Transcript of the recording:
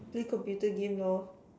play computer game lor